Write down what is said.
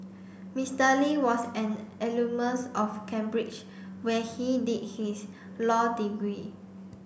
Mister Lee was an alumnusof Cambridge where he did his law degree